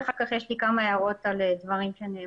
ואחר כך יש לי כמה הערות על דברים שנאמרו.